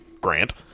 Grant